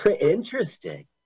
Interesting